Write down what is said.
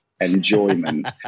Enjoyment